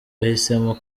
yahisemo